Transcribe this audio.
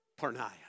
Parnaya